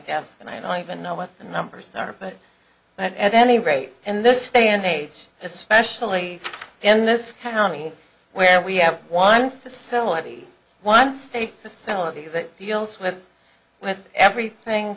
desk and i don't even know what the numbers are but but at any rate in this day and age especially in this county where we have one facility one state facility that deals with with everything